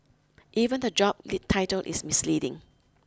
even the job title is misleading